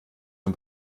zum